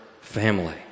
family